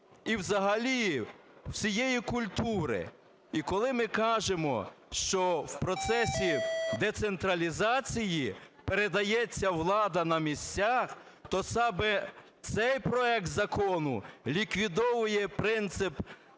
і взагалі всієї культури. І коли ми кажемо, що в процесі децентралізації передається влада на місця, то саме цей проект закону ліквідовує принцип